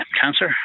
cancer